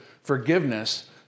forgiveness